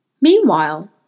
Meanwhile